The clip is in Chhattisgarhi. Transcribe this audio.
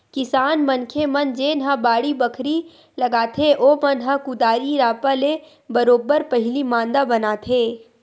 किसान मनखे मन जेनहा बाड़ी बखरी लगाथे ओमन ह कुदारी रापा ले बरोबर पहिली मांदा बनाथे